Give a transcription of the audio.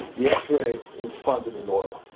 the x-ray is found to be normal.